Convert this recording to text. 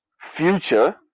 future